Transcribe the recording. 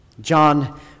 John